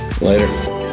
Later